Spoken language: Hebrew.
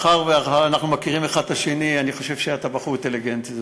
מאחר שאנחנו מכירים אחד את השני אני חושב שאתה בחור אינטליגנטי.